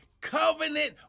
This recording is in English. covenant